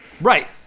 right